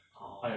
orh